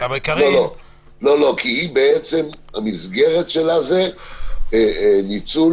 לא, לא, כי בעצם המסגרת שלה זה ניצול